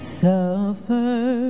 suffer